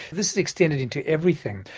this is extended into everything,